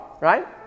right